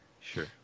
Sure